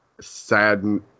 sad